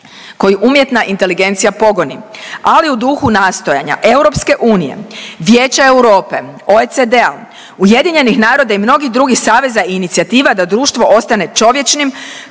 koji umjetna inteligencija pogoni, ali u duhu nastojanja EU, Vijeće Europe, OECD-a, UN-a i mnogih drugih saveza i inicijativa da društvo ostane čovječnim